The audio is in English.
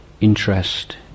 interest